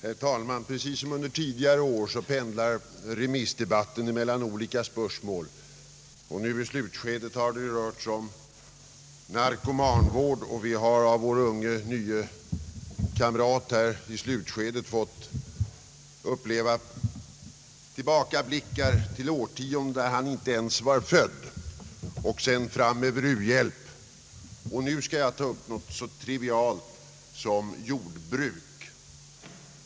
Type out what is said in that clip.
Herr talman! Precis som under tidigare år pendlar remissdebatten mellan olika spörsmål. Nu i slutskedet har den rört sig om narkomanvård, och vi har nyss av vår unge nye kamrat här fått uppleva tillbakablickar på årtionden, då han inte ens var född, och det som har lett fram till u-hjälpsproblemet. Nu skall jag ta upp något så trivialt som jordbruk!